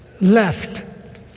left